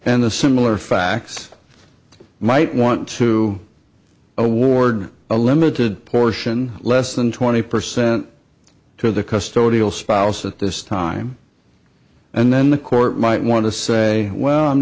a similar facts might want to award a limited portion less than twenty percent to the custody of spouse at this time and then the court might want to say well i'm